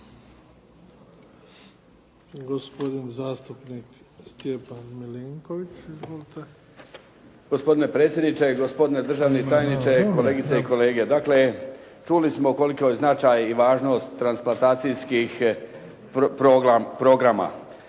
**Milinković, Stjepan (HDZ)** Gospodine predsjedniče, gospodine državni tajniče, kolegice i kolege. Dakle, čuli smo koliki je značaj i važnost transplantacijskih programa.